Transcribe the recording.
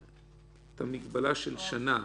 והמגבלה של שנה,